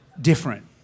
different